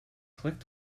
click